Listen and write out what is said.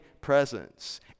presence